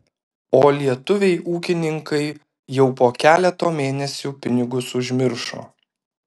o lietuviai ūkininkai jau po keleto mėnesių pinigus užmiršo